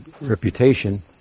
reputation